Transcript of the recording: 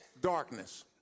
darkness